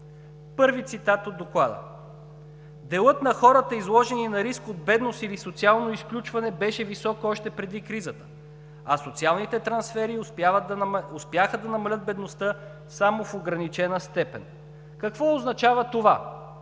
Първи цитат от Доклада: „Делът на хората, изложени на риск от бедност или социално изключване, беше висок още преди кризата, а социалните трансфери успяха да намалят бедността само в ограничена степен.“ Какво означава това?